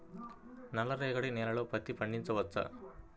నల్ల రేగడి నేలలో పత్తి పండించవచ్చా?